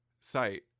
site